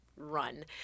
Run